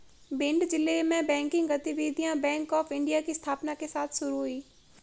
भिंड जिले में बैंकिंग गतिविधियां बैंक ऑफ़ इंडिया की स्थापना के साथ शुरू हुई